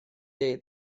day